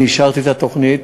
אני אישרתי את התוכנית,